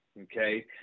okay